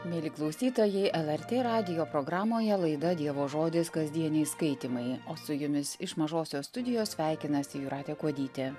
mieli klausytojai lrt radijo programoje laida dievo žodis kasdieniai skaitymai o su jumis iš mažosios studijos sveikinasi jūratė kuodytė